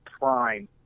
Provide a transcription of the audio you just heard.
prime